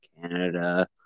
Canada